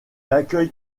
accueille